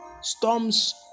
storms